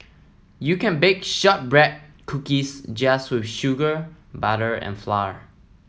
you can bake shortbread cookies just with sugar butter and flour